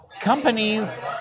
Companies